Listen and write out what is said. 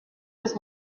was